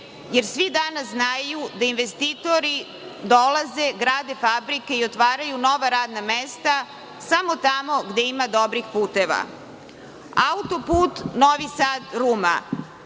jer svi danas znaju da investitori dolaze, grade fabrike i otvaraju nova radna mesta samo tamo gde ima dobrih puteva. Auto-put Novi Sad – Ruma,